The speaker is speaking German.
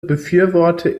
befürworte